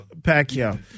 Pacquiao